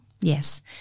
Yes